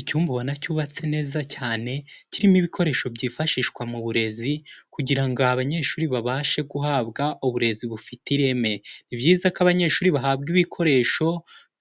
Icyumba ubona cyubatse neza cyane, kirimo ibikoresho byifashishwa mu burezi, kugira abanyeshuri babashe guhabwa uburezi bufite ireme, ni byiza ko abanyeshuri bahabwa ibikoresho,